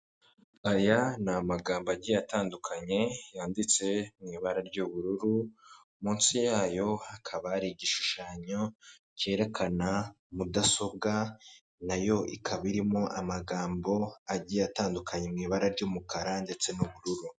Aya ni amagambo agiye atandukanye, yanditse mu ibara ry'ubururu, musi yayo hakaba hari igishushanyo cyerekana mudasobwa, na yo ikaba irimo amagambo agiye atandukanye, mu ibara ry'umukara ndetse n'ubururu.